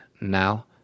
now